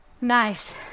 nice